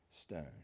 stone